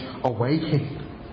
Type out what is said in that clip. awakening